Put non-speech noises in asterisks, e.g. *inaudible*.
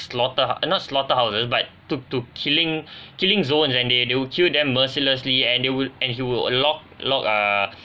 slaughter uh not slaughter houses but to to killing *breath* killing zones and they they will kill them mercilessly and they will and he will lock lock ah